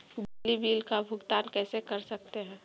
बिजली बिल का भुगतान कैसे कर सकते है?